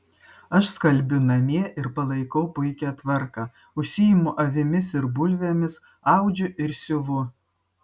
aš skalbiu namie ir palaikau puikią tvarką užsiimu avimis ir bulvėmis audžiu ir siuvu